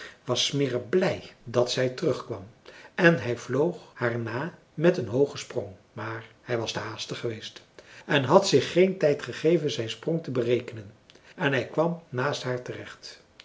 was smirre blij dat zij terugkwam en hij vloog haar na met een hoogen sprong maar hij was te haastig geweest en had zich geen tijd gegeven zijn sprong te berekenen en hij kwam naast haar terecht